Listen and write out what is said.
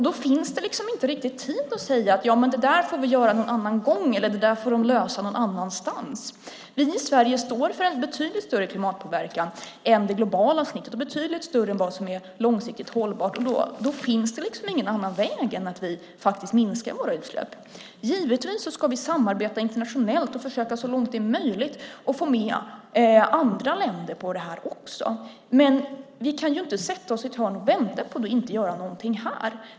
Då finns det inte riktigt tid att säga att vi får göra det där någon annan gång eller att man får lösa det någon annanstans. Vi i Sverige står för en betydligt större klimatpåverkan än det globala snittet. Den är betydligt större än vad som är långsiktigt hållbart. Då finns det ingen annan väg än att vi faktiskt minskar våra utsläpp. Givetvis ska vi samarbeta internationellt och så långt som det är möjligt försöka få med andra länder på detta också. Men vi kan inte sätta oss i ett hörn och vänta på det och inte göra någonting här.